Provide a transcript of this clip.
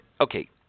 okay